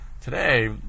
Today